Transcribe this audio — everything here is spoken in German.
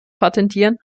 patentieren